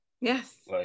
Yes